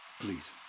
Please